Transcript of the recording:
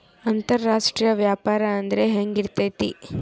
ಅಂತರಾಷ್ಟ್ರೇಯ ವ್ಯಾಪಾರ ಅಂದ್ರೆ ಹೆಂಗಿರ್ತೈತಿ?